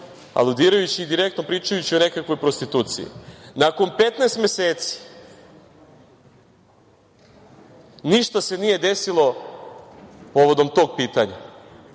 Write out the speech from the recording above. aludirajući direktno, pričajući o nekakvoj prostituciji. Nakon 15 meseci ništa se nije desilo povodom tog pitanja.